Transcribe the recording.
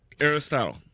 Aristotle